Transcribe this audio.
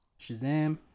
Shazam